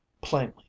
Plainly